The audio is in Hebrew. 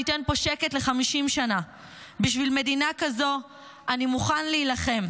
ניתן פה שקט ל-50 שנה"; "בשביל מדינה כזו אני מוכן להילחם.